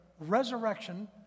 resurrection